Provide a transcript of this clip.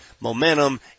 momentum